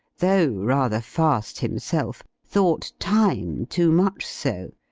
though rather fast himself, thought time too much so,